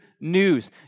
news